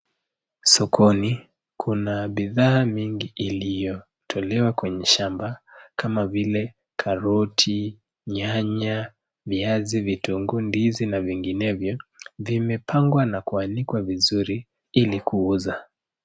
Aokoni kuna bidhaa mingi iliotolewa kwenye shamba kama vile karoti, nyanya, viazi, vitunguu, ndizi na vinginevyo vimepangwa na kuanikwa vizuri ilikuuza.